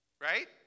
Right